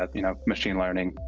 um you know. machine learning.